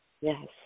yes